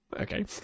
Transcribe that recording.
Okay